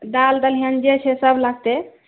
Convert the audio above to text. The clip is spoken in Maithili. दाल दलिहन जे छै सब लगते